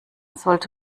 sollte